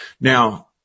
Now